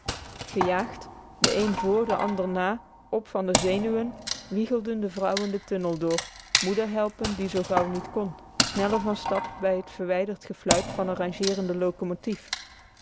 gejaagd de een voor de ander na op van zenuwen wiegelden de vrouwen de tunnel door moeder helpend die zoo gauw niet kon sneller van stap bij t verwijderd gefluit van n rangeerende locomotief